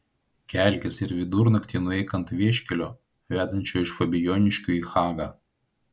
kelkis ir vidurnaktį nueik ant vieškelio vedančio iš fabijoniškių į hagą